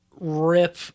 rip